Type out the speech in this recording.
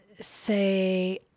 Say